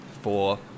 four